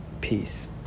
peace